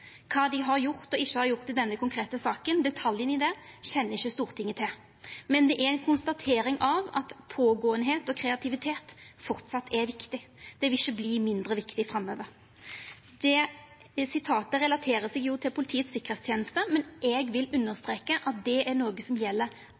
kva dei har gjort og ikkje har gjort i denne konkrete saka, kjenner ikkje Stortinget til – men det er ei konstatering av at «pågåenhet» og «kreativitet» framleis er viktig og ikkje vil verta mindre viktig framover. Det sitatet er jo knytt til Politiets sikkerhetstjeneste, men eg vil